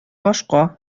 башка